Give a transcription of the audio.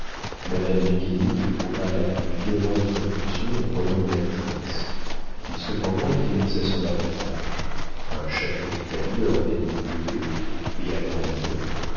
madame du guénic éprouva la plus violente répulsion en voyant béatrix qui cependant était mise à son avantage un chapeau d'italie orné de bluets et à grands bords